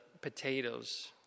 potatoes